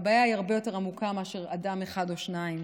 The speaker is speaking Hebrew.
והבעיה היא הרבה יותר עמוקה מאשר אדם אחד או שניים.